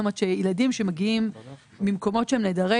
כלומר ילדים שמגיעים ממקומות שהם נעדרי